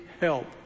Help